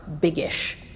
biggish